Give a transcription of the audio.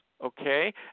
Okay